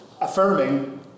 affirming